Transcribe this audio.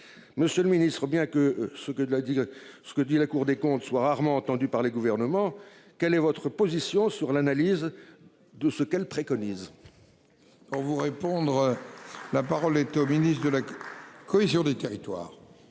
Monsieur le Ministre, bien que ce que de a dit ce que dit la Cour des comptes soit rarement entendu par les gouvernements. Quelle est votre position sur l'analyse de ce qu'elle préconise. On vous répondre. La parole est au ministre de la. Cohésion des territoires.